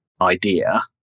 idea